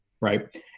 right